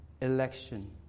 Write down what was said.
election